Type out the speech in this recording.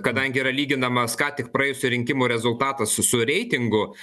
kadangi yra lyginamas ką tik praėjusių rinkimų rezultatas su reitingu